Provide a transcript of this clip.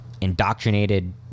indoctrinated